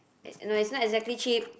eh no it's not exactly cheap